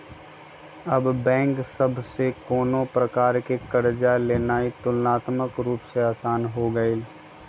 अब बैंक सभ से कोनो प्रकार कें कर्जा लेनाइ तुलनात्मक रूप से असान हो गेलइ